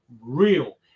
real